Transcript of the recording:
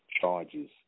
charges